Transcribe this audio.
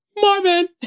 Marvin